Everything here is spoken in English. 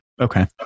Okay